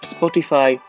Spotify